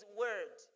word